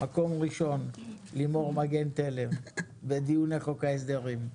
מקום ראשון לימור מגן תלם בדיוני חוק ההסדרים,